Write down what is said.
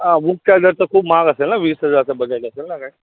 आं व्हूक चार्जर तर खूप महाग असेल न वीस हजारचं बजेट असेल न काही